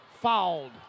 fouled